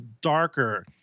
darker